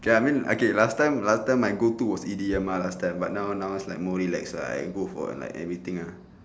okay I mean okay last time last time my go to was E_D_M mah last time but now now is like more relaxed ah I go for like everything uh